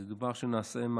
זה דבר שנעשה,